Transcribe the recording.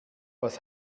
was